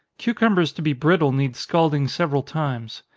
cucumbers to be brittle need scalding several times.